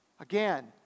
Again